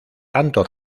tanto